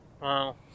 Wow